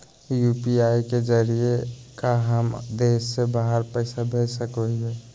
UPI के जरिए का हम देश से बाहर पैसा भेज सको हियय?